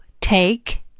take